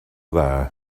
dda